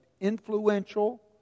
influential